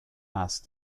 ask